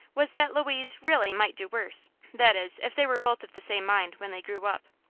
was that louise really might do worse that is, if they were both of the same mind when they grew up.